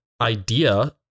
idea